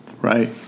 Right